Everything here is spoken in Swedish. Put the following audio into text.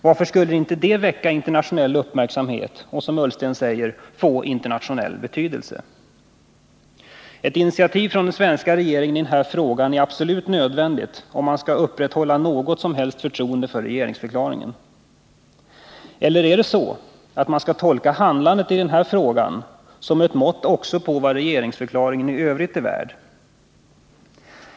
Varför skulle inte det väcka internationell uppmärksamhet och, som herr Ullsten säger, få internationell betydelse? Ett initiativ från den svenska regeringen i den här frågan är absolut nödvändigt, om man skall upprätthålla något som helst förtroende för regeringsförklaringen. Eller är det så att man skall tolka handlandet i denna fråga som ett mått på vad regeringsförklaringen även i övrigt är värd?